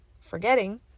forgetting